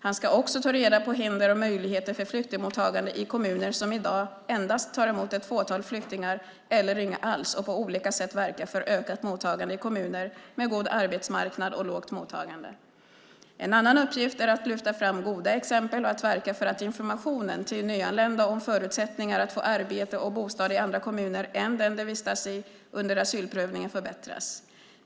Han ska också ta reda på hinder och möjligheter för flyktingmottagande i kommuner som i dag endast tar emot ett fåtal flyktingar eller inga alls och på olika sätt verka för ökat mottagande i kommuner med god arbetsmarknad och lågt mottagande. En annan uppgift är att lyfta fram goda exempel och att verka för att informationen till nyanlända om förutsättningar att få arbete och bostad i andra kommuner än den de vistas i under asylprövningen förbättras.